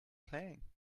playing